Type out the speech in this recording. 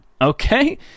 Okay